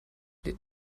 lädt